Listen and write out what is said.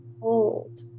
hold